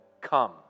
come